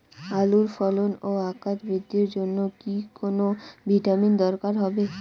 আলুর ফলন ও আকার বৃদ্ধির জন্য কি কোনো ভিটামিন দরকার হবে?